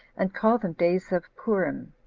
and call them days of phurim